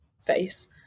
face